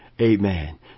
Amen